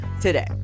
today